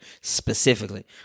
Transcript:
specifically